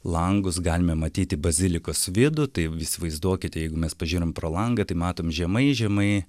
langus galime matyti bazilikos vidų taipv įsivaizduokit jeigu mes pažiūrim pro langą tai matom žemai žemai